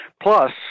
Plus